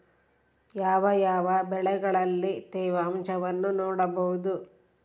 ಯಾವ ಯಾವ ಬೆಳೆಗಳಲ್ಲಿ ತೇವಾಂಶವನ್ನು ನೋಡಬಹುದು?